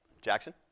Jackson